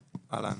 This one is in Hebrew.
אהלן,